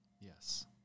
Yes